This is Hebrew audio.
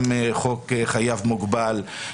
גם חוק חייב מוגבל,